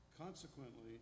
Consequently